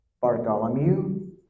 Bartholomew